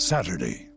Saturday